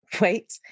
wait